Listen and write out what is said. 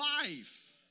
life